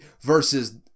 versus